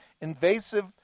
invasive